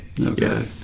Okay